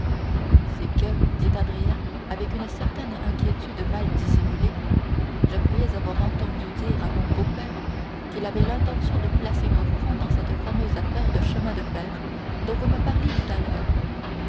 c'est que dit andrea avec une certaine inquiétude mal dissimulée je croyais avoir entendu dire à mon beau-père qu'il avait l'intention de placer nos fonds dans cette fameuse affaire de chemin de fer dont vous me parliez tout à l'heure